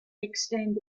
extend